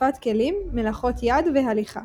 שטיפת כלים, מלאכות יד, והליכה.